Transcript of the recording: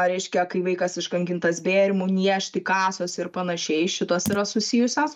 reiškia kai vaikas iškankintas bėrimų niežti kasos ir panašiai šitos yra susijusios